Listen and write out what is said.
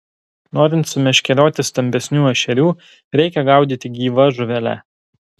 norint sumeškerioti stambesnių ešerių reikia gaudyti gyva žuvele